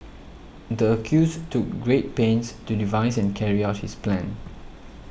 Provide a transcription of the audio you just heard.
the accused took great pains to devise and carry out his plan